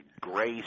grace